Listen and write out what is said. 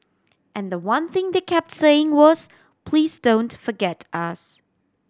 and the one thing they kept saying was please don't forget us